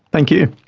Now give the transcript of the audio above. thank you.